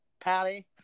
Patty